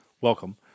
welcome